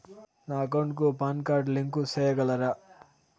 నా అకౌంట్ కు PAN card link సేయగలరా?